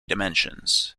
dimensions